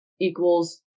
equals